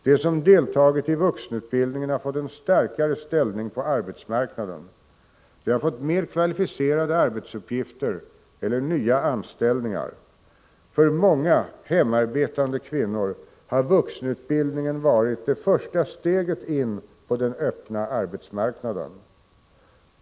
De som deltagit i vuxenutbildningen har fått en starkare ställning på arbetsmarknaden. De har fått mer kvalificerade arbetsuppgifter eller nya anställningar. För många hemarbetande kvinnor har vuxenutbildningen varit det första steget in på den öppna arbetsmarknaden.